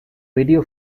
radio